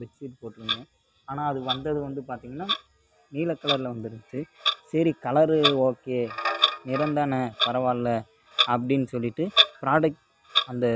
bedsheet போட்டுருந்தேன் ஆனால் வந்தது வந்து பார்த்திங்கனா நீலக் கலரில் வந்திருந்துச்சு சரி கலரு ஓகே நிறம் தானே பரவாயில்ல அப்படின்னு சொல்லிட்டு ப்ராடெக்ட் அந்த